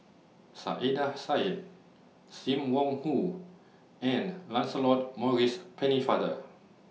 Saiedah Said SIM Wong Hoo and Lancelot Maurice Pennefather